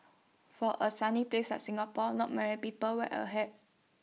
for A sunny place like Singapore not many people wear A hat